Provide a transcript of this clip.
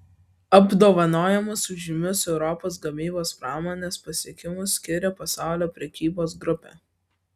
apdovanojimus už žymius europos gamybos pramonės pasiekimus skiria pasaulio prekybos grupė